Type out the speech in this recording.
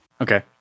okay